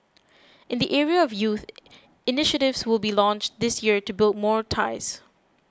in the area of youth initiatives will be launched this year to build more ties